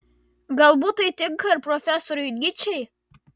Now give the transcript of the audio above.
galbūt tai tinka ir profesoriui nyčei